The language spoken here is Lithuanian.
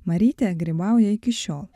marytė grybauja iki šiol